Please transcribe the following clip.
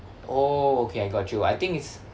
oh okay I got you I think it's